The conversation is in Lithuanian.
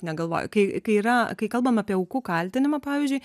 negalvoju kai kai yra kai kalbam apie aukų kaltinimą pavyzdžiui